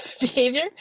behavior